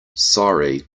sorry